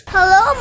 Hello